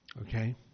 Okay